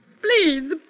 Please